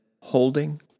holding